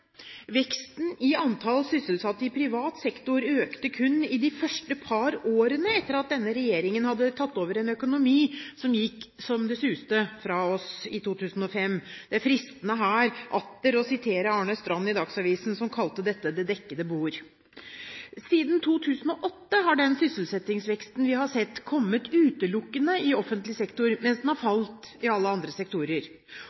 Veksten i antall sysselsatte i privat sektor økte kun i de første par årene etter at denne regjeringen hadde tatt over en økonomi fra oss som gikk så det suste i 2005. Det er fristende her atter å sitere Arne Strand i Dagsavisen, som kalte dette «dekket bord». Siden 2008 har den sysselsettingsveksten vi har sett, kommet utelukkende i offentlig sektor, mens den har